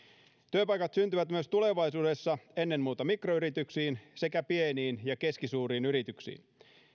työpaikat syntyvät myös tulevaisuudessa ennen muuta mikroyrityksiin sekä pieniin ja keskisuuriin yrityksiin